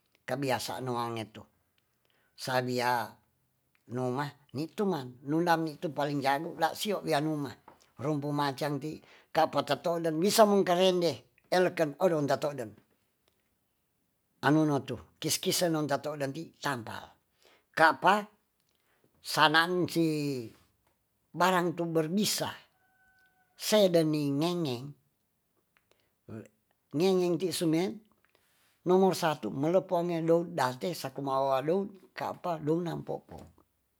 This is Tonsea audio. Kabiasaan wange tu sabia numa nitu ma nundam nitu paling jago la sio wia numa rumpu macang ti kapa tetoden misa mung karende eleken odon tatoden anu no tu kiskise nun tatode n ti tampa kapa sanan si barang tu berbisa sedenining ngengeng. ngengeng ti sumeng nomor satu melepo ngedo date saku mawadou kapa dou nampopo